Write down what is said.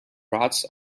bursts